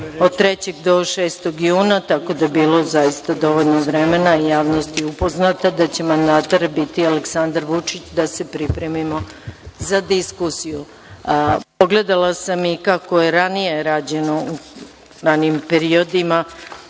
od 3. do 6. juna, tako da je bilo zaista dovoljno vremena i javnost je upoznata da će mandatar biti Aleksandar Vučić, da se pripremimo za diskusiju. Pogledala sam i kako je rađeno u ranijim periodima